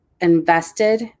invested